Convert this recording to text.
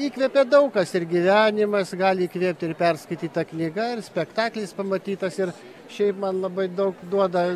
įkvepia daug kas ir gyvenimas gali įkvėpti ir perskaityta knyga ir spektaklis pamatytas ir šiaip man labai daug duoda